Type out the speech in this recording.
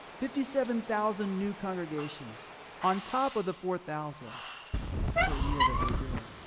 fifty seven thousand new congregations on top of the four thousand per year that we're doing.